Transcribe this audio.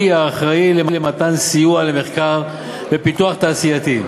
האחראי למתן סיוע למחקר ופיתוח תעשייתיים,